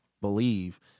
believe